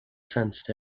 sensed